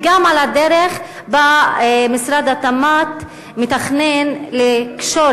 גם על הדרך שבה משרד התמ"ת מתכנן לקשור